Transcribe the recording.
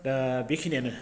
दा बेखिनियानो